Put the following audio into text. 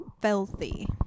filthy